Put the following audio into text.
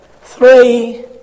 three